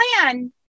plan